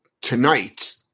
tonight